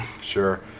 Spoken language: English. Sure